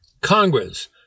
Congress